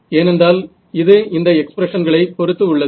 ஏனென்றால் இது இந்த எக்ஸ்பிரஷன்களை பொறுத்து உள்ளது